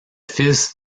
fils